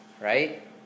right